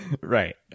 Right